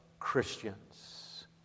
Christians